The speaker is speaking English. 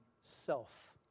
self